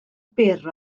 byr